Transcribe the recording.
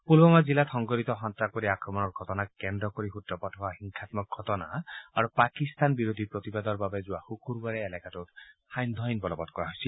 পুলৱামা জিলাত সংঘটিত সন্ত্ৰাসবাদী আক্ৰমণৰ ঘটনাক কেন্দ্ৰ কৰি সূত্ৰপাত হোৱা হিংসাম্মক ঘটনা আৰু পাকিস্তান বিৰোধী প্ৰতিবাদৰ বাবে যোৱা শুকুৰবাৰে এলেকোটোত সান্ধ্য আইন বলবৎ কৰা হৈছিল